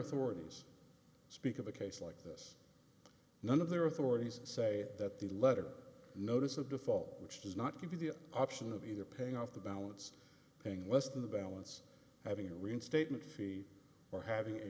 authorities speak of a case like this none of their authorities say that the letter notice of default which does not give you the option of either paying off the balance paying less than the balance having a reinstatement fee or having a